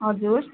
हजुर